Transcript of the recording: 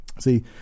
See